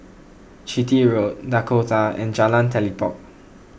Chitty Road Dakota and Jalan Telipok